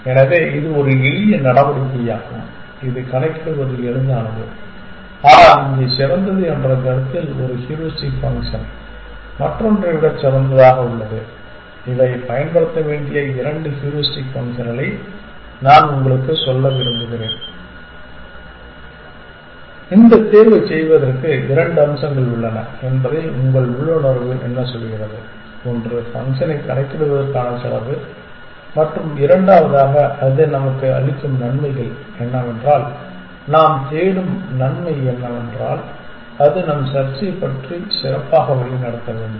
எனவே இது ஒரு எளிய நடவடிக்கையாகும் இது கணக்கிடுவது எளிதானது ஆனால் இங்கே சிறந்தது என்ற கருத்தில் ஒரு ஹூரிஸ்டிக் ஃபங்க்ஷன் மற்றொன்றை விட சிறந்ததாக உள்ளது இவை பயன்படுத்த வேண்டிய இரண்டு ஹூரிஸ்டிக் ஃபங்க்ஷன்களை நான் உங்களுக்கு சொல்ல விரும்புகிறேன் இந்தத் தேர்வைச் செய்வதற்கு இரண்டு அம்சங்கள் உள்ளன என்பதை உங்கள் உள்ளுணர்வு என்ன சொல்கிறது ஒன்று ஃபங்க்ஷனைக் கணக்கிடுவதற்கான செலவு மற்றும் இரண்டாவதாக அது நமக்கு அளிக்கும் நன்மைகள் என்னவென்றால் நாம் தேடும் நன்மை என்னவென்றால் நம் செர்ச்சை சிறப்பாக வழிநடத்த வேண்டும்